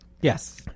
Yes